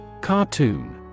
Cartoon